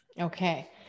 Okay